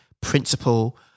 principle